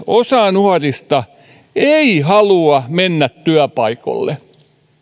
osa nuorista ei halua mennä työpaikoille